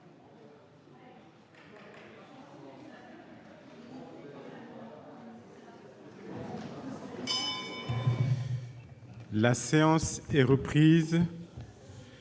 La séance est reprise.